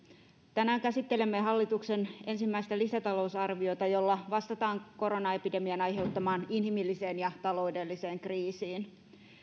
tänään käsittelemme hallituksen ensimmäistä lisätalousarviota jolla vastataan koronaepidemian aiheuttamaan inhimilliseen ja taloudelliseen kriisiin